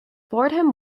fordham